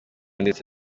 ndetse